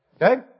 Okay